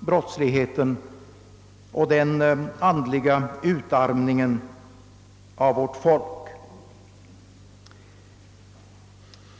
brottsligheten och den andliga utarmningen av vårt folk.